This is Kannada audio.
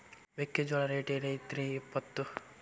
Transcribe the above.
ಮೆಕ್ಕಿಜೋಳ ರೇಟ್ ಏನ್ ಐತ್ರೇ ಇಪ್ಪತ್ತು?